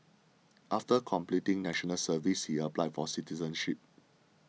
after completing National Service he applied for citizenship